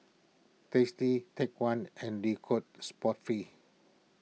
Tasty Take one and Le Coq Sportif